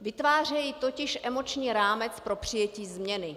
Vytvářejí totiž emoční rámec pro přijetí změny.